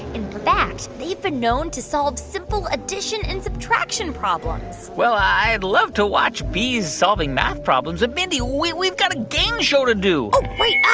in fact, they've been known to solve simple addition and subtraction problems well, i'd love to watch bees solving math problems. but, mindy, we've got a game show to do oh. wait.